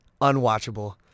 unwatchable